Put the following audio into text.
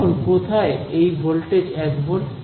এখন কোথায় এই ভোল্টেজ 1 ভোল্ট